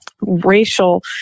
racial